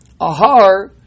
Ahar